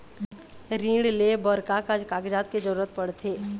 ऋण ले बर का का कागजात के जरूरत पड़थे?